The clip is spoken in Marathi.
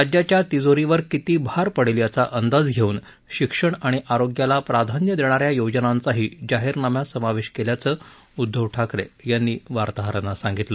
राज्याच्या तिजोरीवर किती भर पडेल याचा अंदाज घेऊन शिक्षण आणि आरोग्याला प्राधान्य देणाऱ्या योजनांचाही जाहीरनाम्यात समावेश केल्याचं उद्धव ठाकरे यांनी वार्ताहरांना सांगितलं